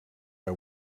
her